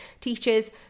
teachers